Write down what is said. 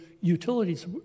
utilities